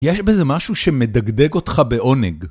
יש בזה משהו שמדגדג אותך בעונג